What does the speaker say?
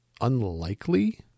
unlikely